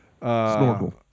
Snorkel